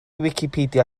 wicipedia